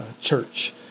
church